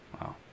Wow